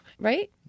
right